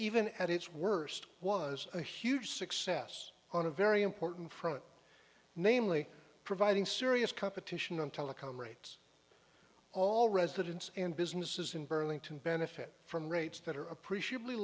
even at its worst was a huge success on a very important front namely providing serious competition on telecom rates all residents and businesses in burlington benefit from rates that are appreciably